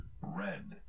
red